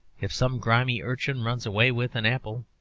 if some grimy urchin runs away with an apple,